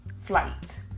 flight